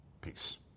Peace